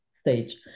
stage